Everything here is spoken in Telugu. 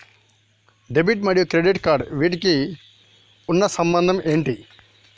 డెబిట్ మరియు క్రెడిట్ కార్డ్స్ వీటికి ఉన్న సంబంధం ఏంటి?